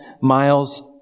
miles